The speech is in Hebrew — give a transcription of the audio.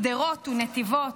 שדרות ונתיבות.